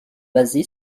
basé